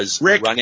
Rick